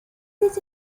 did